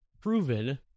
proven